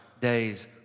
days